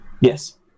Yes